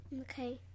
Okay